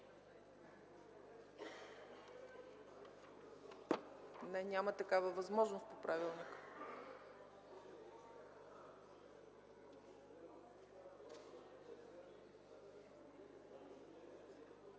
няма такава възможност по правилника.